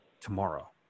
tomorrow